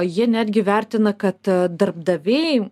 jie netgi vertina kad darbdaviai